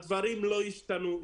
הדברים לא ישתנו.